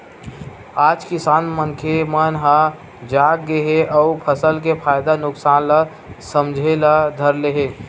आज किसान मनखे मन ह जाग गे हे अउ फसल के फायदा नुकसान ल समझे ल धर ले हे